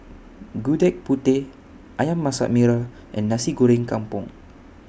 Gudeg Putih Ayam Masak Merah and Nasi Goreng Kampung